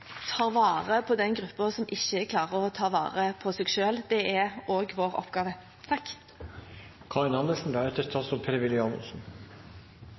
vare på den gruppen som ikke klarer å ta vare på seg selv. Det er også vår oppgave.